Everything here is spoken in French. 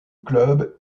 club